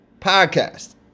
Podcast